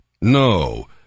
NO